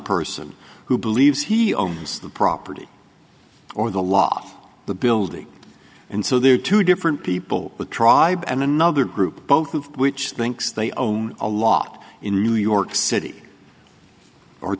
person who believes he owns the property or the law the building and so there are two different people the tribe and another group both of which thinks they own a lot in really york city or